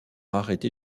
arrêté